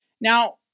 Now